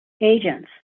agents